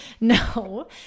no